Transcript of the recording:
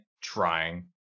Trying